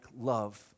love